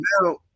now